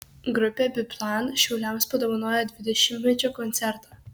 grupė biplan šiauliams padovanojo dvidešimtmečio koncertą